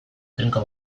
trinko